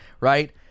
right